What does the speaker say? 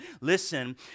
listen